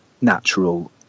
natural